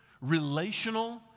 relational